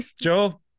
joe